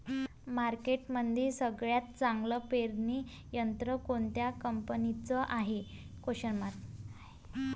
मार्केटमंदी सगळ्यात चांगलं पेरणी यंत्र कोनत्या कंपनीचं हाये?